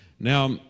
Now